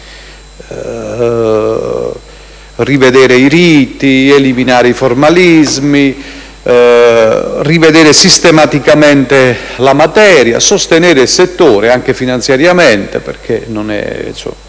aggiornare i riti, eliminare i formalismi, rivedere sistematicamente la materia, sostenere il settore anche finanziariamente, considerato